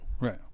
right